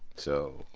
so.